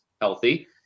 healthy